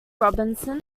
robinson